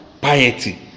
Piety